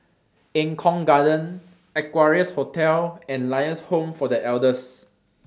Eng Kong Garden Equarius Hotel and Lions Home For The Elders